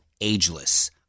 Ageless